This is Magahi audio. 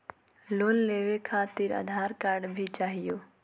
लोन लेवे खातिरआधार कार्ड भी चाहियो?